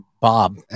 Bob